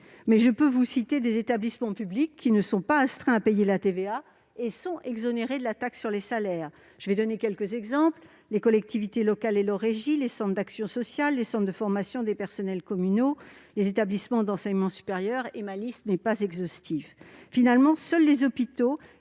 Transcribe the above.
Mais je peux vous citer des établissements publics qui ne sont pas astreints à payer la TVA et qui sont exonérés de la taxe sur les salaires. Je pense notamment aux collectivités locales et à leurs régies, aux centres d'action sociale, aux centres de formation des personnels communaux, aux établissements d'enseignement supérieur. Finalement, seuls les hôpitaux